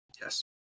Yes